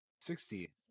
Sixty